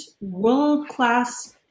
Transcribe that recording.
world-class